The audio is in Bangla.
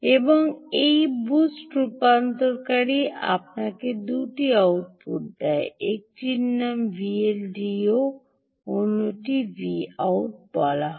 এখন এই বুস্ট রূপান্তরকারী আপনাকে দুটি আউটপুট দেয় একটির নাম Vldo এবং অন্যটি Vout বলা হয়